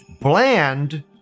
bland